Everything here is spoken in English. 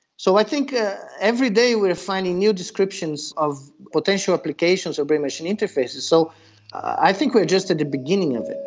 so i think every day we are finding new descriptions of potential applications of brain-machine interfaces. so i think we are just at the beginning of it.